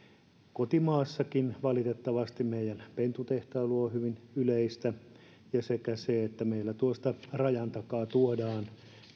kotimaassa valitettavasti meidän pentutehtailu on hyvin yleistä sekä se että meille tuosta rajan takaa tuodaan